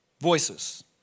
voices